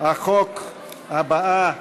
החוק הבאה: